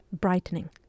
brightening